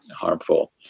harmful